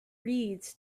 reeds